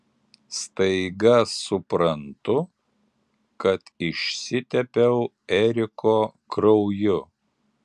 staiga suprantu kad išsitepiau eriko krauju